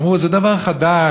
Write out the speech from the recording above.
אמרו: זה דבר חדש,